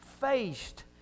faced